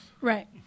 right